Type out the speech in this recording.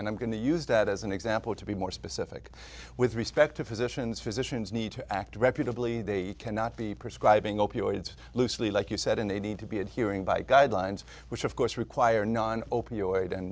and i'm going to use that as an example to be more specific with respect to physicians physicians need to act reputably they cannot be prescribing opioids loosely like you said and they need to be adhering by guidelines which of course require